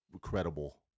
credible